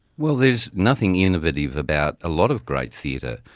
well, there's nothing innovative about a lot of great theatre.